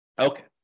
Okay